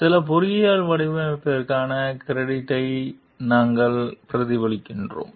சில பொறியியல் வடிவமைப்பிற்கான கிரெடிட்டை நாங்கள் பிரதிபலிக்கிறோம்